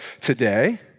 today